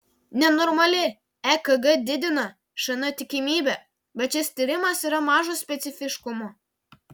nenormali ekg didina šn tikimybę bet šis tyrimas yra mažo specifiškumo